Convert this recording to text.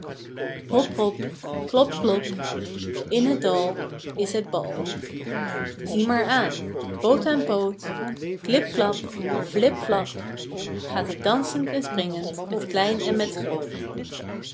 hol hop hop klop klop in het dal is het bal zie maar aan poot aan poot klip klap flip flap gaat het dansend en springend met klein en met groot